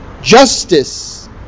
justice